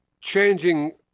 changing